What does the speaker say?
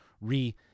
re-